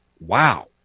wow